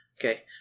Okay